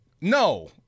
No